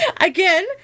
again